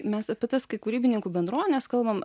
mes apie tas kai kūrybininkų bendruomenes kalbam